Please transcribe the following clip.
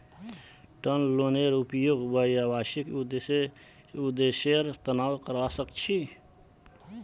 term लोनेर उपयोग व्यावसायिक उद्देश्येर तना करावा सख छी